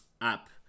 app